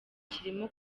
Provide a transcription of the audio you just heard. kirimo